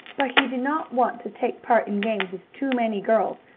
but he did not want to take part in games with too many girls,